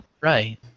Right